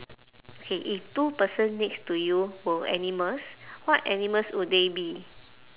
okay if two person next to you were animals what animals would they be